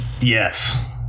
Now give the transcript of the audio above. Yes